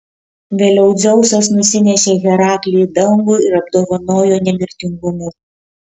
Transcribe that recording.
vėliau dzeusas nusinešė heraklį į dangų ir apdovanojo nemirtingumu